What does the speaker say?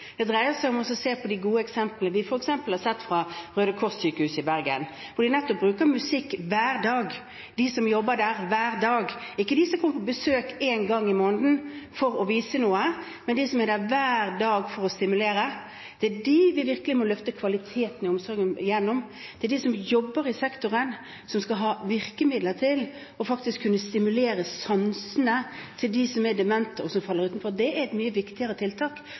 Det dreier seg om å se på de gode eksemplene, som vi f.eks. har sett på Røde Kors-sykehuset i Bergen, hvor de som jobber der, bruker musikk hver dag – ikke de som kommer på besøk en gang i måneden for å vise noe, men de som er der hver dag for å stimulere. Det er gjennom dem vi virkelig må løfte kvaliteten i omsorgen. Det er de som jobber i sektoren, som skal ha virkemidler til å kunne stimulere sansene til dem som er demente, og som faller utenfor. Det er et mye viktigere tiltak